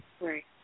Right